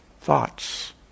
thoughts